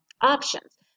options